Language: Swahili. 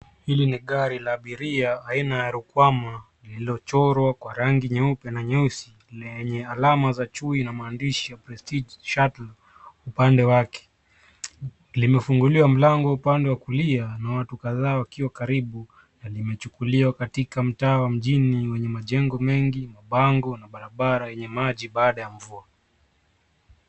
Hili ni gari la abiria aina ya rukwama lililochorwa kwa rangi nyeupe na nyeusi lenye alama za chui na maandishi ya prestige shuttle upande wake. Limefunguliwa mlango upande wa kulia kuna watu kadhaa wakiwa karibu na limechukuliwa katika mtaa wa mjini wenye majengo mengi, mabango na barabara yenye maji baada ya mvua.